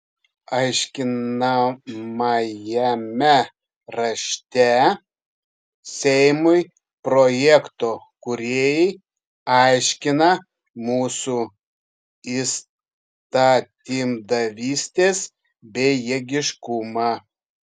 aiškinamajame rašte seimui projekto kūrėjai aiškina mūsų įstatymdavystės bejėgiškumą